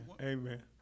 Amen